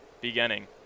beginning